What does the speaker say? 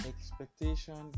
expectation